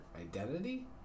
identity